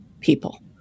people